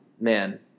man